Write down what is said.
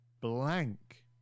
blank